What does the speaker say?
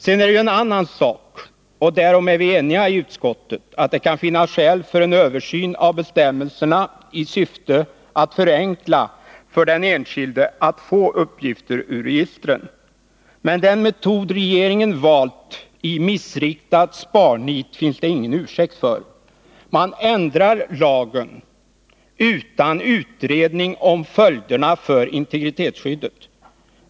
Sedan är det en annan sak — och därom är vi eniga i utskottet — att det kan finnas skäl för en översyn av bestämmelserna i syfte att förenkla för den enskilde att få uppgifter ur registren. Men den metod regeringen valt i missriktat sparnit finns det ingen ursäkt för. Man ändrar lagen utan utredning om följderna för integritetsskyddet.